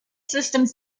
systems